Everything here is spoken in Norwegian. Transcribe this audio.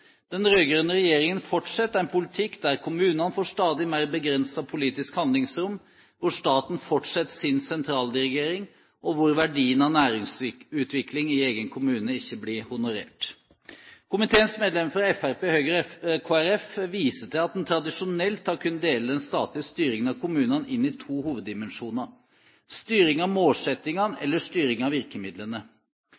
Den rød-grønne regjeringen fortsetter en politikk hvor kommunene får stadig mer begrenset politisk handlingsrom, hvor staten fortsetter sin sentraldirigering, og hvor verdien av næringsutvikling i egen kommune ikke blir honorert. Komiteens medlemmer fra Fremskrittspartiet, Høyre og Kristelig Folkeparti viser til at en tradisjonelt har kunnet dele den statlige styringen av kommunene inn i to hoveddimensjoner: styring av målsettingene